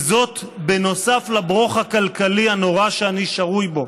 וזאת נוסף על הברוך הכלכלי הנורא שאני שרוי בו.